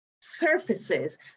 surfaces